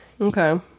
Okay